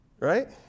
Right